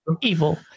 evil